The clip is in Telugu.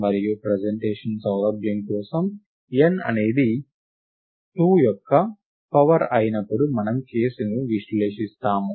మరియు ప్రెజెంటేషన్ సౌలభ్యం కోసం n అనేది 2 యొక్క పవర్ అయినప్పుడు మనము కేసును విశ్లేషిస్తాము